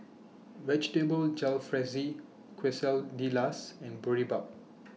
Vegetable Jalfrezi Quesadillas and Boribap